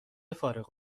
فارغ